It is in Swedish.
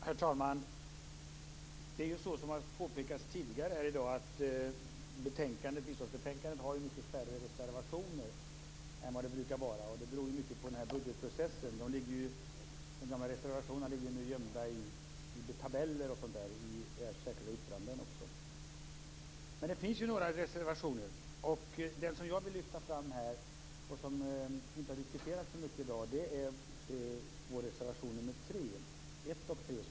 Herr talman! Som har påpekats tidigare här i dag har biståndsbetänkandet mycket färre reservationer än vad det brukar vara. Det beror i mycket på budgetprocessen. De gamla reservationerna ligger nu gömda i tabeller och också i särskilda yttranden. Men det finns några reservationer. De som jag här vill lyfta fram, och som inte har diskuterats så mycket i dag, är våra reservationer 1 och 3.